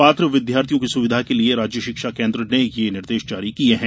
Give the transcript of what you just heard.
पात्र विद्यार्थियों की सुविधा की लिये राज्य शिक्षा केन्द्र ने ये निर्देश जारी किये हैं